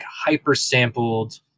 hyper-sampled